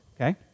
okay